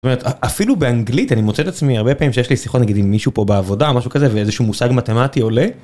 זאת אומרת, אפילו באנגלית, אני מוצא את עצמי הרבה פעמים שיש לי שיחות, נגיד עם מישהו פה בעבודה או משהו כזה, ואיזשהו מושג מתמטי עולה? ...